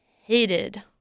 hated